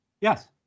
Yes